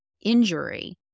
injury